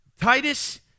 Titus